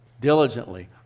diligently